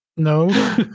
No